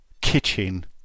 Kitchen